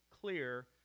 clear